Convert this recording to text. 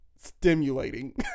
stimulating